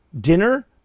dinner